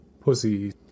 pussy